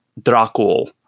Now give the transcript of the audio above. Dracul